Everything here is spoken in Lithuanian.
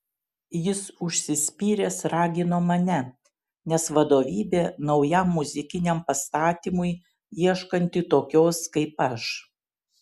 jis užsispyręs ragino mane nes vadovybė naujam muzikiniam pastatymui ieškanti tokios kaip aš